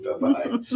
Bye-bye